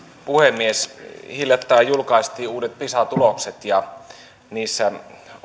puhemies hiljattain julkaistiin uudet pisa tulokset ja niissä